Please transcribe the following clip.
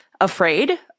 afraid